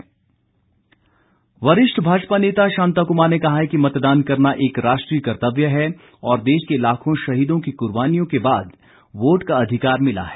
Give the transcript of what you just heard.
शांता कुमार वरिष्ठ भाजपा नेता शांता कुमार ने कहा है कि मतदान करना एक राष्ट्रीय कर्तव्य है और देश के लाखों शहीदों की कुर्बानियों के बाद वोट का अधिकार मिला है